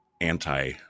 anti